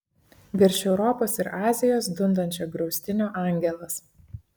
virš europos ir azijos dundančio griaustinio angelas